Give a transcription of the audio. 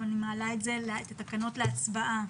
אני מעלה את התקנות להצבעה.